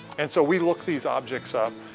and so we look these objects up,